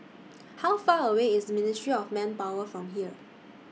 How Far away IS Ministry of Manpower from here